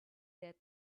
that